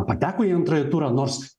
pateko į antrąjį turą nors